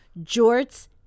Jorts